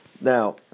Now